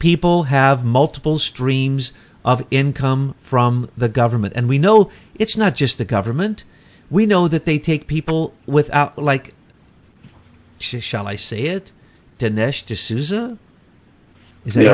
people have multiple streams of income from the government and we know it's not just the government we know that they take people with out like shall i say it